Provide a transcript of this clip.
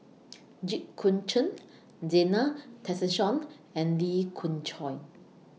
Jit Koon Ch'ng Zena Tessensohn and Lee Khoon Choy